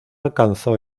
alcanzó